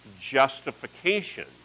justification